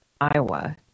Iowa